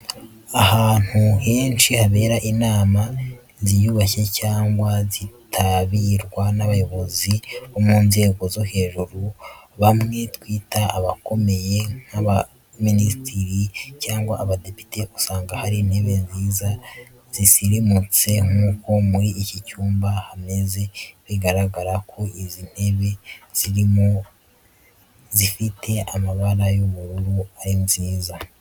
Ahantu henshi habera inama ziyubashye cyangwa zitabirwa n'abayobozi bo mu nzego zo hejuru bamwe twita abakomeye nk'abaminisitiri cyangwa abadepite usanga hari intebe nziza zisirimutse. Nk'uko muri iki cyumba hameze, biragaragara ko izi ntebe zirimo zifite amabara y'ubururu ari nziza.